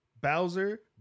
Bowser